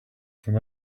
from